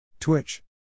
Twitch